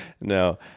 No